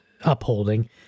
upholding